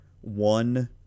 one